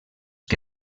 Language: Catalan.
que